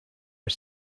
are